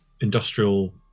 industrial